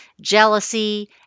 jealousy